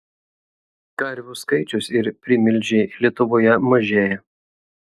karvių skaičius ir primilžiai lietuvoje mažėja